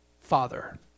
Father